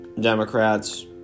Democrats